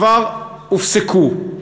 כבר הופסקו.